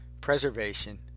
preservation